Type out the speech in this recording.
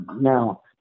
Now